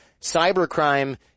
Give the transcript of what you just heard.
cybercrime